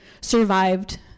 survived